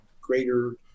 greater